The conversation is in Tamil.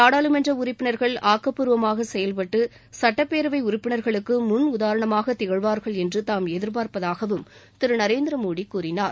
நாடாளுமன்ற உறுப்பினர்கள் ஆக்கப்பூர்வமாக செயல்பட்டு சட்டப்பேரவை உறுப்பினர்களுக்கு முள் உதாரணமாக திகழ்வார்கள் என்று தாம் எதிர்ப்பார்ப்பதாகவும் திரு நரேந்திரமோடி கூறினார்